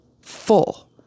full